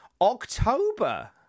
October